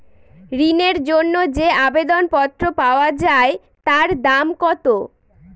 ঋণের জন্য যে আবেদন পত্র পাওয়া য়ায় তার দাম কত?